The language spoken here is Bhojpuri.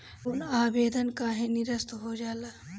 लोन आवेदन काहे नीरस्त हो जाला?